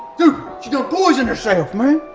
you know poisoned herself man.